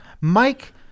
Mike